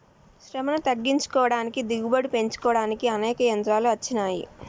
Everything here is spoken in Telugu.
శ్రమను తగ్గించుకోడానికి దిగుబడి పెంచుకోడానికి అనేక యంత్రాలు అచ్చినాయి